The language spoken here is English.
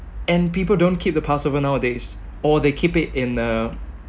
and people don't keep the passover nowadays or they keep it in uh